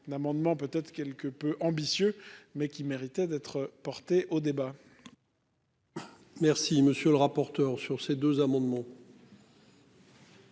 un amendement peut-être quelque peu ambitieux mais qui méritait d'être portées au débat. Merci monsieur le rapporteur. Sur ces deux amendements.